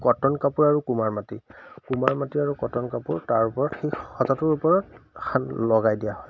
cotton কাপোৰ আৰু কুমাৰ মাটি কুমাৰ মাটি আৰু কটন কাপোৰ তাৰ ওপৰত সেই সজাটোৰ ওপৰত সান লগাই দিয়া হয়